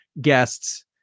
guests